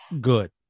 Good